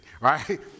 right